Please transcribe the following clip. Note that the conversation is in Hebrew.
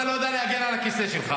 אתה לא יודע להגן על הכיסא שלך,